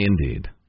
indeed